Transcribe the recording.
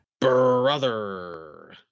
Brother